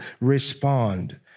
respond